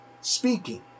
speaking